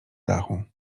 dachu